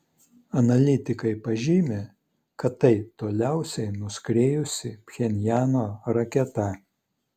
analitikai pažymi kad tai toliausiai nuskriejusi pchenjano raketa